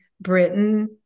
Britain